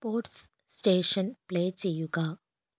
sports station play ചെയ്യുക